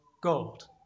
gold